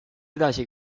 edasi